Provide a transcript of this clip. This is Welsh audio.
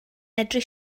medru